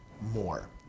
more